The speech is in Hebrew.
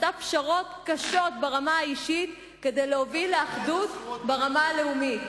שעשתה פשרות קשות ברמה האישית כדי להוביל לאחדות ברמה הלאומית.